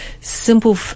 simple